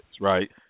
right